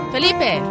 Felipe